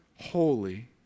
holy